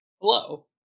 Hello